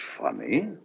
funny